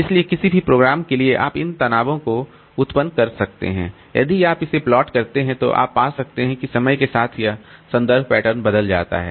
इसलिए किसी भी प्रोग्राम के लिए आप इन तनावों को उत्पन्न कर सकते हैं और यदि आप इसे प्लॉट करते हैं तो आप पा सकते हैं कि समय के साथ यह संदर्भ पैटर्न बदल जाता है